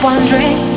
Wondering